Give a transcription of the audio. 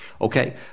Okay